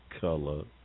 color